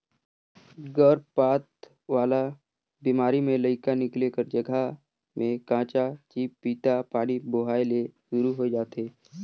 गरभपात वाला बेमारी में लइका निकले कर जघा में कंचा चिपपिता पानी बोहाए ले सुरु होय जाथे